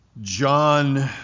John